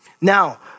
Now